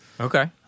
Okay